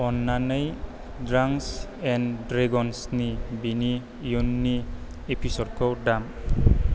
अन्नानै द्रांक्स एन्द द्रैगन्सनि बिनि इयुननि एपिसदखौ दाम